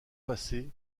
passées